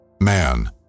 Man